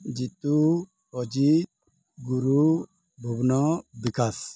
Jitu Ajit Guru Bhuban Bikash